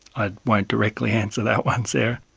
i won't directly answer that one, sarah.